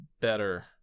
better